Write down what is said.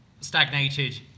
stagnated